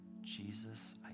Jesus